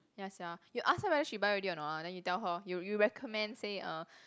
ya sia you ask her whether she buy already or not ah then you tell you you recommend say uh